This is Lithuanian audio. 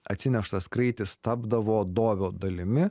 atsineštas kraitis tapdavo dovio dalimi